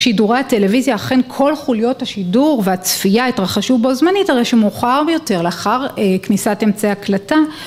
שידורי הטלוויזיה אכן כל חוליות השידור והצפייה התרחשו בו זמנית, הרי שמאוחר ביותר, לאחר כניסת אמצעי ההקלטה